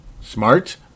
smart